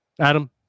Adam